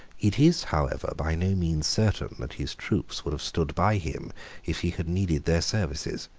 it is, however, by no means certain that his troops would have stood by him if he had needed their services.